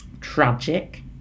tragic